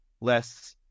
less